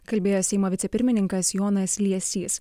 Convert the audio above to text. kalbėjo seimo vicepirmininkas jonas liesys